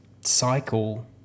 cycle